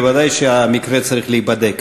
ודאי שהמקרה צריך להיבדק.